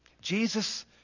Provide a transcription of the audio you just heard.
Jesus